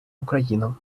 україну